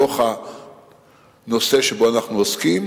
בתוך הנושא שבו אנחנו עוסקים,